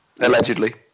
Allegedly